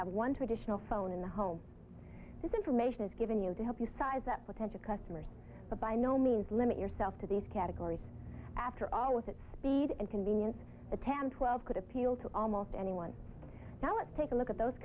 have one traditional phone in the home this information is given you to help you size that potential customers but by no means limit yourself to these categories after all with it and convenience the tam twelve could appeal to almost anyone now let's take a look at those